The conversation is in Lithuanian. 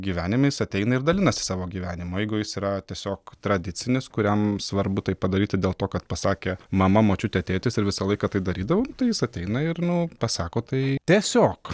gyvenime jis ateina ir dalinasi savo gyvenimu o jeigu jis yra tiesiog tradicinis kuriam svarbu tai padaryti dėl to kad pasakė mama močiutė tėtis ir visą laiką tai darydavau tai jis ateina ir nu pasako tai tiesiog